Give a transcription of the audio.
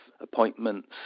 appointments